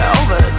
over